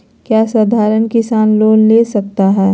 क्या साधरण किसान लोन ले सकता है?